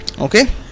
okay